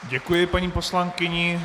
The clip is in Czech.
Děkuji paní poslankyni.